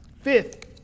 Fifth